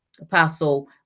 apostle